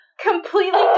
completely